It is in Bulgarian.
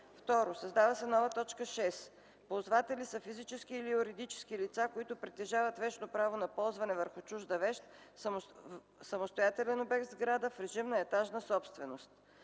2. Създава се нова т. 6: „6. „Ползватели” са физически или юридически лица, които притежават вещно право на ползване върху чужда вещ, самостоятелен обект в сграда в режим на етажна собственост.”